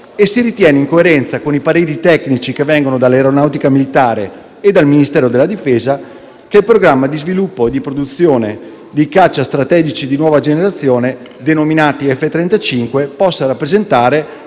se ritiene, in coerenza con i pareri tecnici che arrivano dall'Aeronautica militare e dal Ministero della difesa, che il programma di sviluppo e di produzione di caccia strategici di nuova generazione, denominati F-35, possa rappresentare,